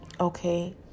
Okay